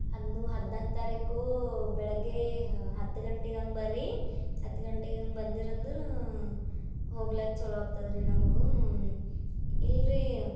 ಅನ್ನು ಹದಿನಾಲ್ಕು ತಾರೀಖು ಬೆಳಗ್ಗೆ ಹತ್ತು ಗಂಟಿಗೆ ಹಂಗ್ ಬನ್ರಿ ಹತ್ತು ಗಂಟಿಗೆ ಹಂಗ್ ಬಂದಿರಂದ್ರೆ ಹೋಗ್ಲಕ್ಕ ಚಲೋ ಆಗ್ತದೆ ರಿ ನಮಗೂ ಇಲ್ಲ ರಿ